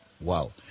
Wow